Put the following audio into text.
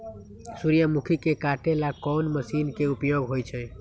सूर्यमुखी के काटे ला कोंन मशीन के उपयोग होई छइ?